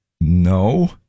No